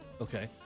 Okay